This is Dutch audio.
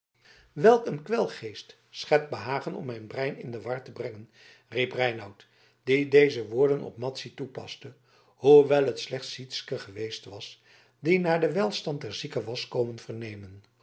welk een kwelgeest schept behagen om mijn brein in de war te brengen riep reinout die deze woorden op madzy toepaste hoewel het slechts sytsken geweest was die naar den welstand der zieke was komen vernemen